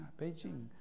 Beijing